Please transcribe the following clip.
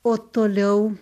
o toliau